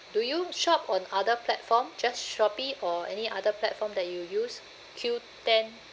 do you shop on other platform just shopee or any other platform that you use qoo ten